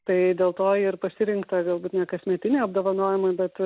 tai dėl to ir pasirinkta galbūt ne kasmetiniai apdovanojimai bet